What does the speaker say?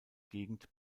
gegend